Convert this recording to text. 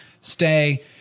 Stay